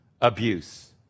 abuse